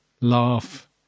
laugh